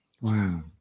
Wow